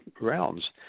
rounds